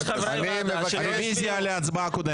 יש חברי ועדה שלא הצביעו.